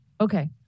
Okay